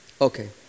Okay